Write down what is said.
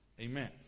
Amen